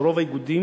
של רוב האיגודים,